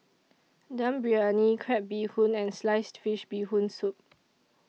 Dum Briyani Crab Bee Hoon and Sliced Fish Bee Hoon Soup